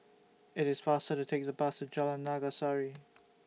IT IS faster to Take The Bus to Jalan Naga Sari